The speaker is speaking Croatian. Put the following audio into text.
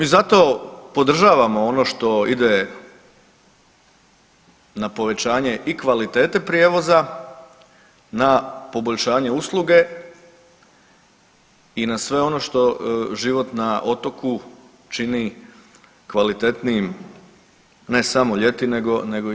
I zato podržavamo ono što ide na povećanje i kvalitete prijevoza, na poboljšanje usluge i na sve ono što život na otoku čini kvalitetnijim ne samo ljeti nego i zimi.